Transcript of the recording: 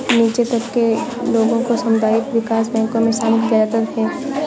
नीचे तबके के लोगों को सामुदायिक विकास बैंकों मे शामिल किया जाता है